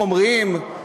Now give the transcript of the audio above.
חומריים,